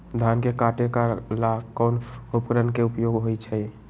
धान के काटे का ला कोंन उपकरण के उपयोग होइ छइ?